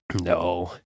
No